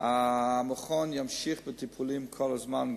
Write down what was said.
המכון ימשיך בטיפולים כל הזמן,